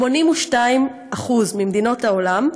82% ממדינות העולם,